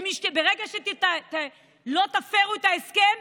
ברגע שלא תפרו את ההסכם,